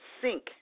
sink